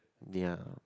ya